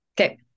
Okay